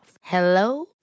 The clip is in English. Hello